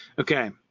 Okay